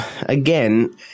again